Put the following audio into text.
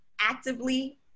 actively